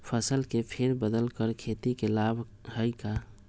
फसल के फेर बदल कर खेती के लाभ है का?